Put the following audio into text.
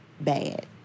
bad